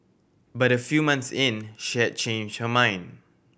but a few months in she had change her mind